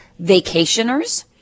vacationers